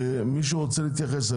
מי רוצה להתייחס?